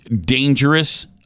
dangerous